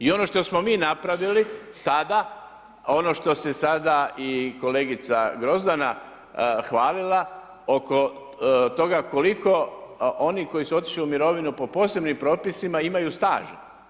I ono što smo mi napravili tada, ono što se i kolegica Grozdana hvalila, oko toga, koliko oni koji su otišli u mirovinu, po posebnim propisima imaju staž.